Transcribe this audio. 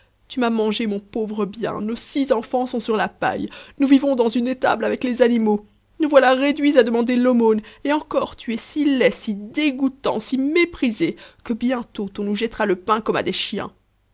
tu m'as mangé mon pauvre bien nos six enfants sont sur la paille nous vivons dans une étable avec les animaux nous voilà réduits à demander l'aumône et encore tu es si laid si dégoûtant si méprisé que bientôt on nous jettera le pain comme à des chiens